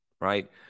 right